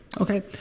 Okay